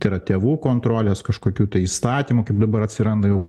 tai yra tėvų kontrolės kažkokių tai įstatymų kaip dabar atsiranda jau